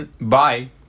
bye